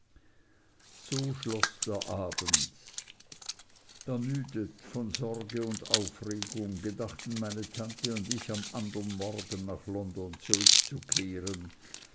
so schloß der abend ermüdet von sorge und aufregung gedachten meine tante und ich am andern morgen nach london zurückzukehren